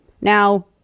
Now